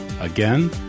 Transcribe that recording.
Again